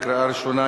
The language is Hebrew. קריאה ראשונה.